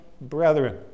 brethren